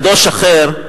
קדוש אחר,